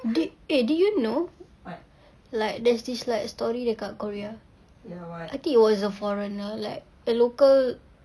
di~ eh did you know like there's this like story dekat korea I think it was a foreigner like a local